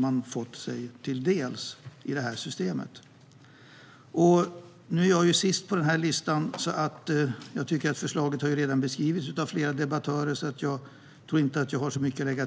man fått i det här systemet. Förslaget har redan beskrivits av flera debattörer. Jag tror inte att jag har särskilt mycket att tillägga.